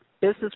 business